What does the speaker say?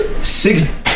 Six